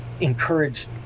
encourage